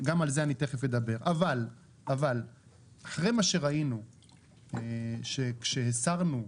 אבל אחרי מה שראינו שכשהסרנו,